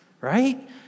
right